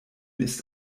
ist